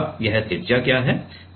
अब यह त्रिज्या क्या है